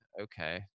okay